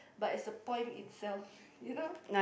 but as a point itself you know